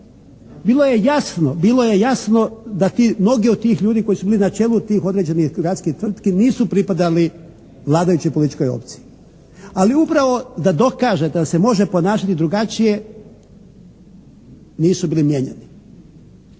Bilo je jasno da ti, mnogi od tih ljudi koji su bili na čelu tih određenih gradskih tvrtki nisu pripadali vladajućoj političkoj opciji. Ali upravo da dokaže da se može ponašati drugačije, nisu bili mijenjani.